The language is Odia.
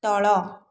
ତଳ